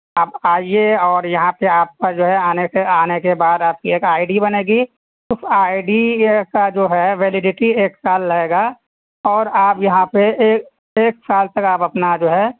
آپ آئیے اور یہاں پہ آپ کا جو ہے آنے کے آنے کے بعد آپ کی ایک آئی ڈی بنے گی اس آئی ڈی کا جو ہے ویلیڈیٹی ایک سال رہے گا اور آپ یہاں پہ ایک سال تک آپ اپنا جو ہے